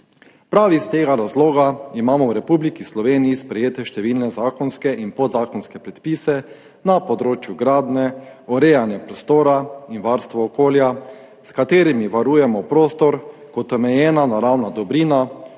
Prav iz tega razloga imamo v Republiki Sloveniji sprejete številne zakonske in podzakonske predpise na področju gradnje, urejanja prostora in varstva okolja, s katerimi varujemo prostor kot omejeno naravno dobrino,